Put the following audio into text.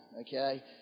okay